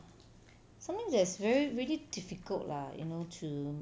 something that is very really difficult lah you know to